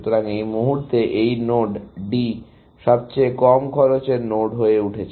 সুতরাং এই মুহুর্তে এই নোড D সবচেয়ে কম খরচের নোড হয়ে উঠেছে